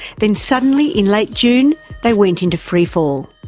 then suddenly in late june they went into freefall.